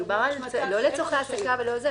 לא מדובר לצורכי העסקה,